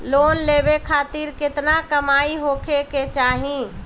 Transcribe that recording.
Loan लेवे खातिर केतना कमाई होखे के चाही?